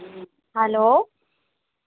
hello